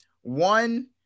one